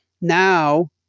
now